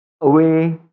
away